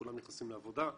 כולם נכנסים לעבודה.